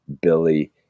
Billy